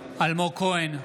כהן,